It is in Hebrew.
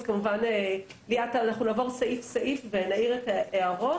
אז כמובן נעבור סעיף סעיף ונעיר את ההערות.